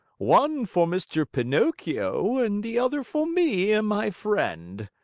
one for mr. pinocchio and the other for me and my friend.